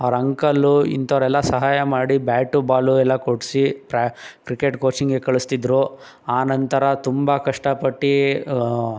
ಅವ್ರ ಅಂಕಲ್ಲು ಇಂಥೋರೆಲ್ಲಾ ಸಹಾಯ ಮಾಡಿ ಬ್ಯಾಟು ಬಾಲು ಎಲ್ಲ ಕೊಡಿಸಿ ಪ್ರಾ ಕ್ರಿಕೆಟ್ ಕೋಚಿಂಗಿಗೆ ಕಳಿಸ್ತಿದ್ರು ಆನಂತರ ತುಂಬ ಕಷ್ಟಪಟ್ಟು